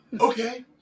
okay